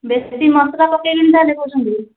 ବେଶି ମସଲା ପକେଇବିନି ତାହେଲେ କହୁଛନ୍ତି